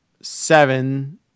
seven